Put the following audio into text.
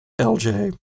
LJ